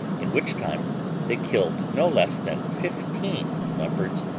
in which time they killed no less than fifteen leopards,